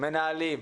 מנהלים,